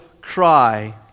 cry